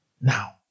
now